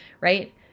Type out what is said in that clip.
right